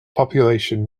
population